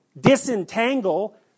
disentangle